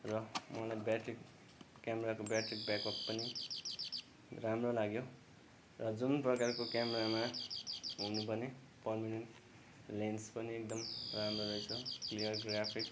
र मलाई ब्याट्री क्यामराको ब्याट्री ब्याक अप पनि राम्रो लाग्यो र जुन प्रकारको क्यामरामा हुनु पर्ने परमनेन्ट लेन्स पनि एकदम पुरा राम्रो रहेछ क्लियर ग्राफिक